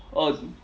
oh